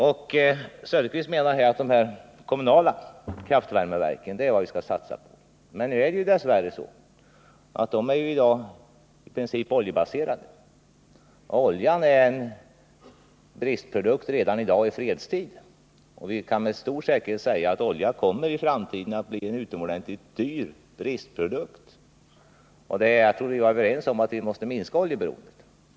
Oswald Söderqvist menar att de kommunala kraftvärmeverken är vad vi skall satsa på. Dess värre är de i princip oljebaserade, och oljan är en bristprodukt redan i dag i fredstid, och vi kan med stor säkerhet säga att den i framtiden kommer att bli utomordentligt dyr. Jag trodde att vi var överens om att vi måste minska oljeberoendet.